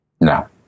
No